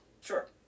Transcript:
Sure